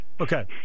Okay